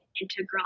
integral